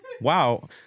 Wow